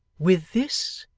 with this,